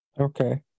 okay